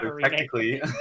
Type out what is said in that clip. technically